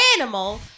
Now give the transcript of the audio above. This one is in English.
animal